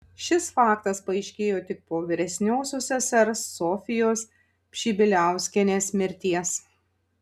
šis faktas paaiškėjo tik po vyresniosios sesers sofijos pšibiliauskienės mirties